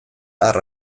har